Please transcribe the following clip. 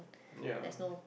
ya